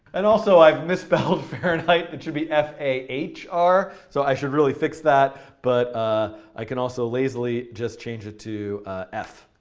and also, i've misspelled fahrenheit. it should be f a h r, so i should really fix that. but ah i can also lazily just change it to f.